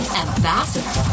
ambassador